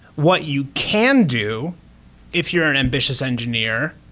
what you can do if you're an ambitious engineer,